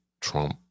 Trump